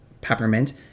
peppermint